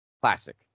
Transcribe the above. classic